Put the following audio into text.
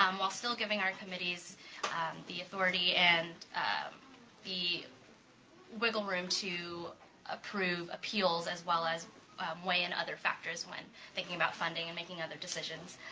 um still giving our committees the authority and the wiggle room to approve appeals as well as way and other factors when thinking about funding and making other decisions.